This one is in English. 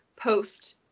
post